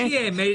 מענה